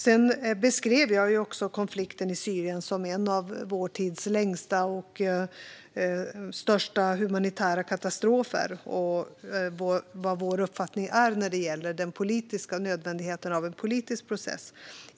Jag beskrev konflikten i Syrien som en av vår tids längsta och största humanitära katastrofer och vad vår uppfattning är vad gäller den politiska nödvändigheten av en politisk process.